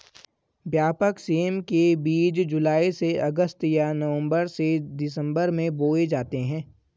व्यापक सेम के बीज जुलाई से अगस्त या नवंबर से दिसंबर में बोए जाते हैं